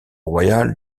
royal